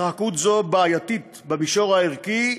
התרחקות זו בעייתית במישור הערכי,